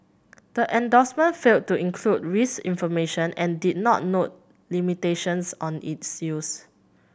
the endorsement failed to include risk information and did not note limitations on its use